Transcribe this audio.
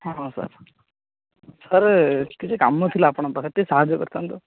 ହଁ sir sir କିଛି କାମ ଥିଲା ଆପଣଙ୍କ ପାଖରେ ଟିକେ ସାହାଯ୍ୟ କରିଥାନ୍ତ